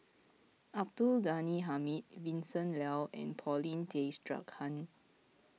Abdul Ghani Hamid Vincent Leow and Paulin Tay Straughan